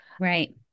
Right